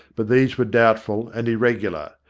but these were doubtful and irregular.